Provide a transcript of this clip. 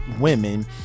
women